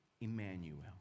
Emmanuel